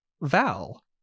Val